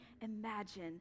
imagine